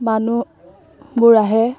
মানুহবোৰ আহে